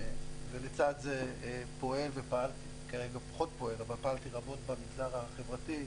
לצד זה פעלתי רבות במגזר החברתי,